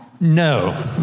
No